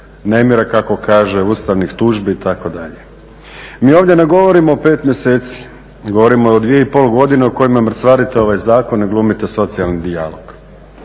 nemira kako kaže, ustavnih tužbi itd. Mi ovdje ne govorimo o 5 mjeseci, mi govorimo o 2,5 godine u kojima mrcvarite ovaj zakon i glumite socijalni dijalog.